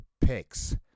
picks